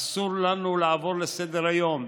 אסור לנו לעבור לסדר-היום,